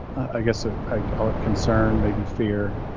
i guess ah i got concerned. maybe fear